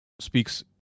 speaks